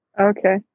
Okay